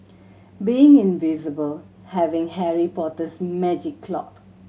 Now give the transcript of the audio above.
being invisible having Harry Potter's magic cloak